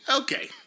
Okay